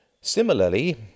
Similarly